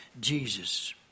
Jesus